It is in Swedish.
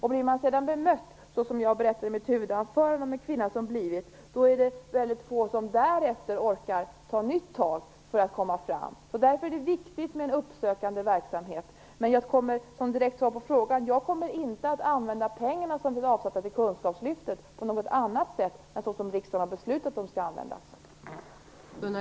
Av dem som sedan bemöts på samma sätt som den kvinna som jag berättade om i mitt huvudanförande, är det väldigt få som därefter orkar ta nya tag för att få hjälp. Därför är det viktigt med en uppsökande verksamhet. Men som ett direkt svar på frågan kommer jag inte att använda de pengar som är avsatta för kunskapslyftet på något annat sätt än det som riksdagen beslutar.